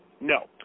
No